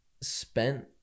spent